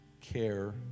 care